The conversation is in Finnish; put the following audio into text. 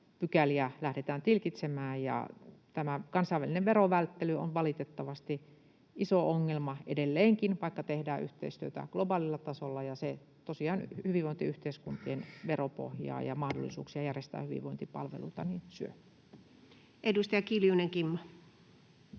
pykäliä lähdetään tilkitsemään. Tämä kansainvälinen verovälttely on valitettavasti iso ongelma edelleenkin, vaikka tehdään yhteistyötä globaalilla tasolla, ja se tosiaan syö hyvinvointiyhteiskuntien veropohjaa ja mahdollisuuksia järjestää hyvinvointipalveluita. Edustaja Kiljunen, Kimmo.